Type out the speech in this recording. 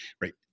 right